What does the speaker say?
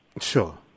Sure